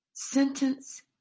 Sentence